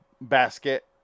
basket